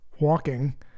walking